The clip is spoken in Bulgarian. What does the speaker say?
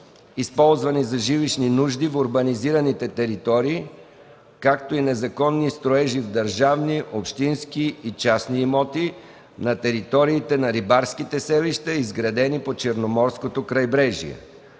използвани за жилищни нужди в урбанизираните територии, както и незаконни строежи в държавни, общински и частни имоти на териториите на рибарските селища, изградени по Черноморското крайбрежие.